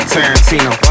Tarantino